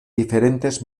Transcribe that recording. diferentes